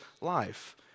life